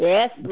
Yes